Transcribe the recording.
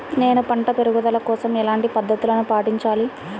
నేను పంట పెరుగుదల కోసం ఎలాంటి పద్దతులను పాటించాలి?